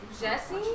Jesse